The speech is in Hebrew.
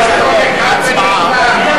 אתה אומר לי אם